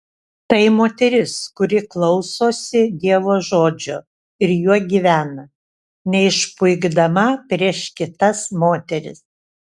tai moteris kuri klausosi dievo žodžio ir juo gyvena neišpuikdama prieš kitas moteris